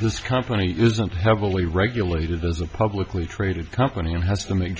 this company isn't heavily regulated there's a publicly traded company and has to make